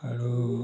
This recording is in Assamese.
আৰু